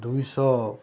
ଦୁଇଶହ